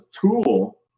tool